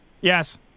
Yes